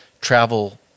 travel